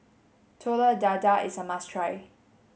Telur Dadah is a must try